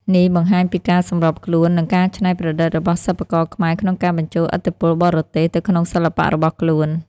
នេះបង្ហាញពីការសម្របខ្លួន និងការច្នៃប្រឌិតរបស់សិប្បករខ្មែរក្នុងការបញ្ចូលឥទ្ធិពលបរទេសទៅក្នុងសិល្បៈរបស់ខ្លួន។